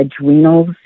adrenals